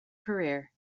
career